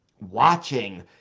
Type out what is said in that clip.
watching